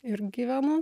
ir gyvenu